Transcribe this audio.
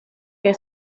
que